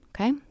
okay